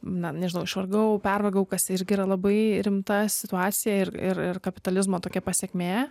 na nežinau išvargau perbėgau kas irgi yra labai rimta situacija ir ir ir kapitalizmo tokia pasekmė